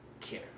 care